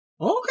Okay